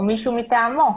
או מישהו מטעמו?